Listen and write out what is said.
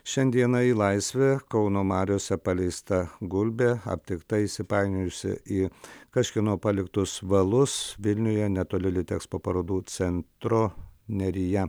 šiandieną į laisvę kauno mariose paleista gulbė aptikta įsipainiojusi į kažkieno paliktus valus vilniuje netoli litekspo parodų centro nerija